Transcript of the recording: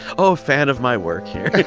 oh, fan of my work here